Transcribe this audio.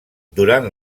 durant